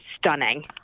stunning